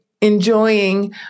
enjoying